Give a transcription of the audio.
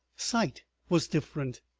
sight was different,